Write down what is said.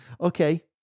Okay